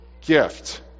gift